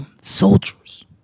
Soldiers